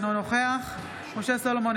אינו נוכח משה סולומון,